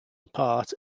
apart